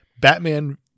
Batman